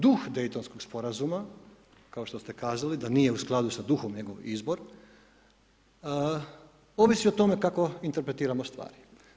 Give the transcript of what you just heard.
Duh Dejtonskog sporazuma, kao što ste kazali da nije u skladu sa duhom njegov izbor, ovisi o tome kako interpretiramo stvari.